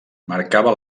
marcava